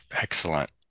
Excellent